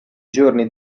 giorni